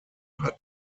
hatten